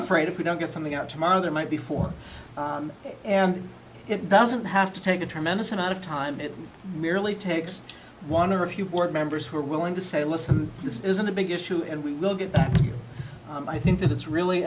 afraid if we don't get something out tomorrow there might be four and it doesn't have to take a tremendous amount of time it merely takes one or a few board members who are willing to say listen this isn't a big issue and we will get i think that it's really